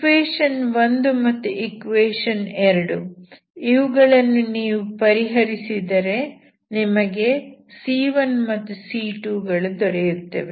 2 ಇವುಗಳನ್ನು ನೀವು ಪರಿಹರಿಸಿದರೆ ನಿಮಗೆ c1 ಮತ್ತು c2 ಗಳು ದೊರೆಯುತ್ತವೆ